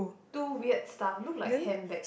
two weird stuff look like hand bag